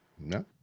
no